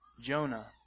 Jonah